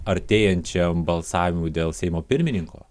artėjančiam balsavimui dėl seimo pirmininko